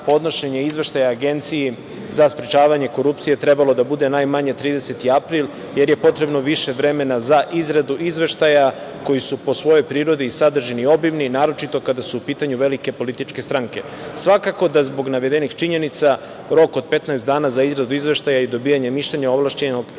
podnošenje izveštaja Agenciji za sprečavanje korupcije trebalo da bude najmanje 30. april jer je potrebno više vremena za izradu izveštaja koji su po svojoj prirodi i sadržini obimni, naročito kada su pitanju velike političke stranke. Svakako da zbog navedenih činjenica rok od 15 dana za izradu izveštaja i dobijanje mišljenja ovlašćenog